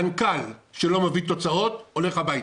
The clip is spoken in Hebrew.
מנכ"ל שלא מביא תוצאות הולך הביתה.